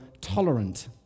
tolerant